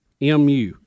mu